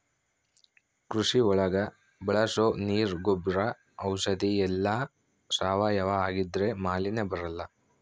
ಕೃಷಿ ಒಳಗ ಬಳಸೋ ನೀರ್ ಗೊಬ್ರ ಔಷಧಿ ಎಲ್ಲ ಸಾವಯವ ಆಗಿದ್ರೆ ಮಾಲಿನ್ಯ ಬರಲ್ಲ